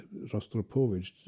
Rostropovich